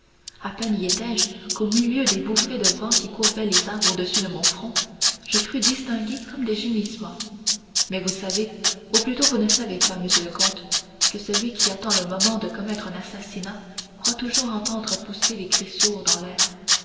à peine y étais-je qu'au milieu des bouffées de vent qui courbaient les arbres au-dessus de mon front je crus distinguer comme des gémissements mais vous savez ou plutôt vous ne savez pas monsieur le comte que celui qui attend le moment de commettre un assassinat croit toujours entendre pousser des cris sourds dans l'air